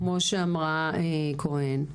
כמו שאמרה חברת הכנסת כהן,